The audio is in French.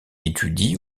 étudie